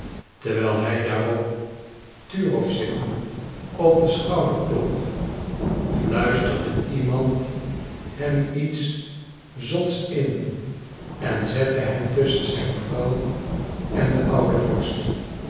terwijl hij daarop turowzin op den schouder klopte fluisterde iemand hem iets zots in en zette hem tusschen zijn vrouw en den ouden vorst